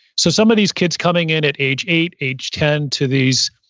so some of these kids coming in at age eight, age ten, to these,